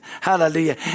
Hallelujah